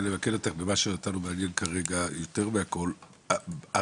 למקד אותך במה שאותנו מעניין כרגע יותר מהכול - הרפורמה,